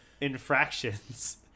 infractions